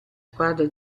squadra